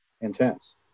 intense